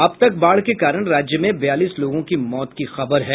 अब तक बाढ़ के कारण राज्य में बयालीस लोगों की मौत की खबर है